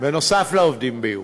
נוסף על העובדים ב-You.